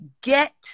get